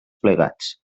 plegats